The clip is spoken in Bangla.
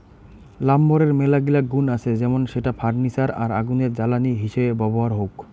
লাম্বরের মেলাগিলা গুন্ আছে যেমন সেটা ফার্নিচার আর আগুনের জ্বালানি হিসেবে ব্যবহার হউক